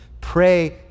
Pray